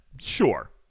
Sure